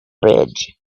bridge